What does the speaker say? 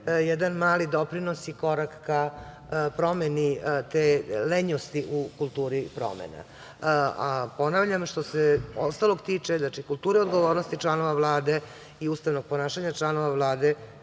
jedan mali doprinos i korak ka promeni te lenjosti u kulturi promena. Ponavljam, što se ostalog tiče, znači, kulture odgovornosti članova Vlade i ustavnog ponašanja članova Vlade,